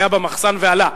היה במחסן ועלה,